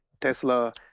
tesla